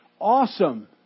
Awesome